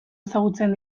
ezagutzen